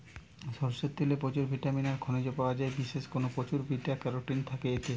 সরষের তেলে প্রচুর ভিটামিন আর খনিজ পায়া যায়, বিশেষ কোরে প্রচুর বিটা ক্যারোটিন থাকে এতে